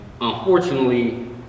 unfortunately